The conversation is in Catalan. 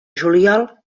juliol